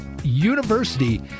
University